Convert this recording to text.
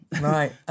right